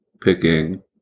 picking